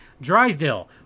Drysdale